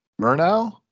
Murnau